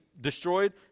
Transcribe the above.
destroyed